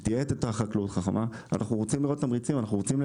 כדי שתהיה את אותה חקלאות חכמה אנחנו רוצים לראות תמריצים.